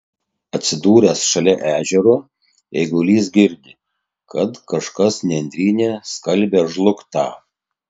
atsidūręs šalia ežero eigulys girdi kad kažkas nendryne skalbia žlugtą